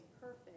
perfect